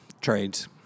Trades